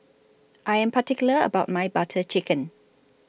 I Am particular about My Butter Chicken